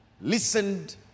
listened